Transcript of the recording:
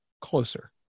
closer